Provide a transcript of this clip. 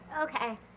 Okay